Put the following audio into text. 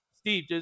Steve